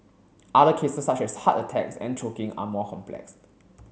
other cases such as heart attacks and choking are more complex